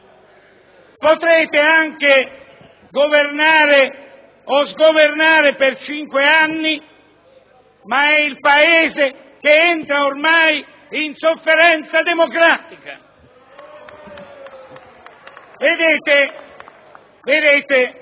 Potete anche governare o "sgovernare" per cinque anni, ma è il Paese che entra ormai in sofferenza democratica. *(Applausi